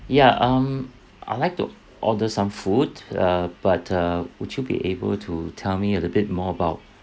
ya um I'll like to order some food uh but uh would you be able to tell me a little bit more about